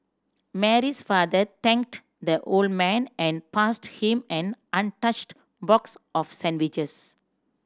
Mary's father thanked the old man and passed him an untouched box of sandwiches